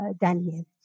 Daniel